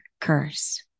curse